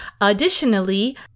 Additionally